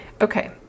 Okay